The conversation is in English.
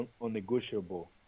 unnegotiable